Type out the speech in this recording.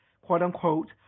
quote-unquote